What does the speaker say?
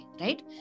right